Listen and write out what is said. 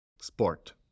sport